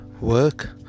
work